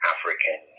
African